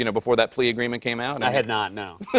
you know before that plea agreement came out? and i had not, no. but